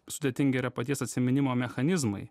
sudėtingi yra paties atsiminimo mechanizmai